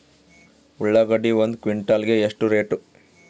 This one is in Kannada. ಉಳ್ಳಾಗಡ್ಡಿ ಒಂದು ಕ್ವಿಂಟಾಲ್ ಗೆ ಎಷ್ಟು ರೇಟು?